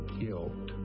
guilt